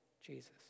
Jesus